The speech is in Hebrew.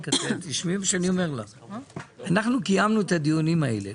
אנחנו קיימנו את הדיונים האלה.